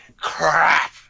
crap